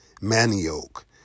manioc